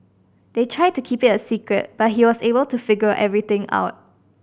they tried to keep it a secret but he was able to figure everything out